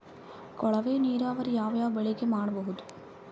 ಕೊಳವೆ ನೀರಾವರಿ ಯಾವ್ ಯಾವ್ ಬೆಳಿಗ ಮಾಡಬಹುದು?